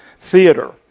theater